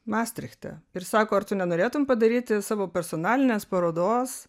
mastrichte ir sako ar tu nenorėtum padaryti savo personalinės parodos